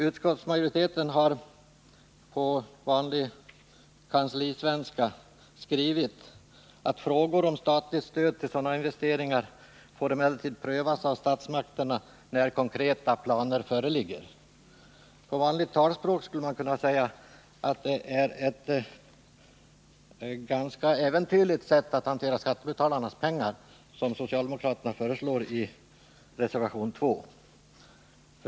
Utskottsmajoriteten har på vanlig kanslisvenska skrivit att frågor om statligt stöd till sådana investeringar emellertid får prövas av statsmakterna när konkreta planer föreligger. På vanligt talspråk skulle man kunna säga att det är ett ganska äventyrligt sätt att hantera skattebetalarnas pengar på som socialdemokraterna föreslår i reservation 2.